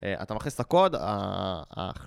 אתה מכניס את הקוד, אהההה...